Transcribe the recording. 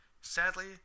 Sadly